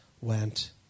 went